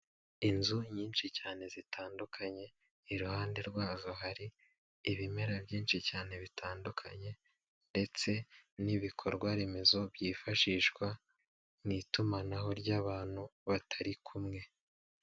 Inzu nyinshi cyane zitandukanye, iruhande rwazo hari ibimera byinshi cyane bitandukanye ndetse n'ibikorwaremezo byifashishwa mu itumanaho ry'abantu batari kumwe.